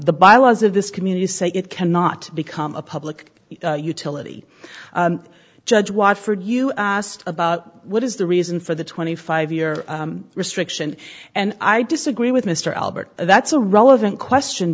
bylaws of this community say it cannot become a public utility judge wofford you asked about what is the reason for the twenty five year restriction and i disagree with mr albert that's a relevant question